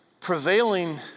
prevailing